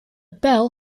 pijl